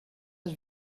was